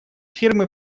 фирмы